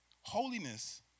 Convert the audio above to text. holiness